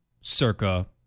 circa